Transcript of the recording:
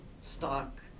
stock